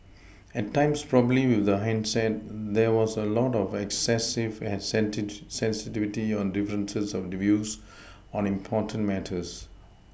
at times probably with hindsight there was a lot of excessive sensitivity on differences of views on important matters